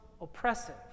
oppressive